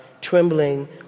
trembling